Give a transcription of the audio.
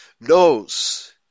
knows